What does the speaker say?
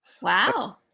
Wow